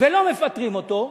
ולא מפטרים אותו,